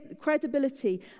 credibility